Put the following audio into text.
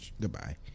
Goodbye